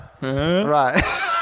Right